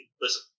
Listen